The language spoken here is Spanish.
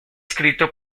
escrito